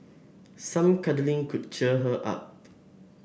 some cuddling could cheer her up